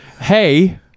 Hey